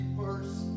first